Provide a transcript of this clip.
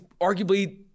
arguably